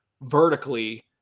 vertically